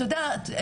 אתה יודע,